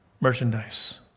merchandise